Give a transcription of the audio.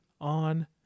on